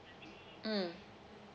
mm